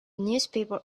newspaper